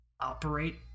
Operate